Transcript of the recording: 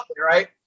right